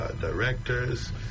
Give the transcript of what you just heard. directors